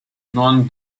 non